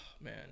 Man